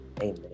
Amen